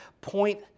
point